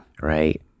right